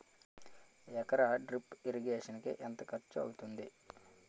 ఎకర drip irrigation కి ఎంత ఖర్చు అవుతుంది?